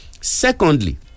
Secondly